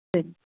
சரிங்க